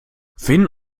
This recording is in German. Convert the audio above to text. finn